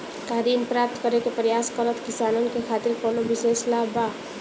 का ऋण प्राप्त करे के प्रयास करत किसानन के खातिर कोनो विशेष लाभ बा